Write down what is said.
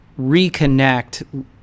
reconnect